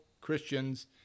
Christians